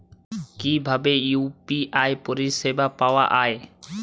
কিভাবে ইউ.পি.আই পরিসেবা পাওয়া য়ায়?